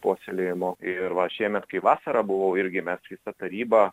puoselėjimo ir va šiemet kai vasarą buvau irgi mes visa taryba